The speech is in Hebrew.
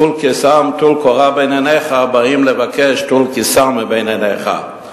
"טול קורה מבין עיניך" באים לבקש "טול קיסם מבין עיניך".